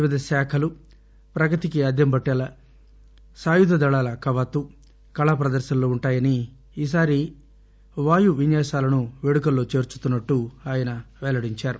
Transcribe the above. వివిధ శాఖలు ప్రగతికి అద్దం పట్టేట్టు సాయుధ దళాల కవాతు కళా ప్రదర్శనలు ఉంటాయని ఈ సారి వాయు విన్యాసాలను పేదుకల్లో చేర్చుతున్నట్లు ఆయన పెల్లడించారు